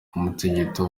umutingito